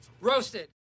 roasted